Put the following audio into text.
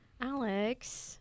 Alex